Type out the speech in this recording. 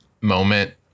moment